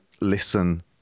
listen